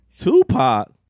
Tupac